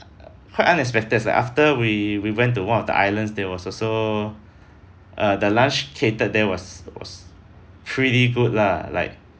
quite unexpected like the after we we went to one of the islands there was also uh the lunch catered there was was pretty good lah like